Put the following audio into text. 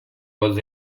was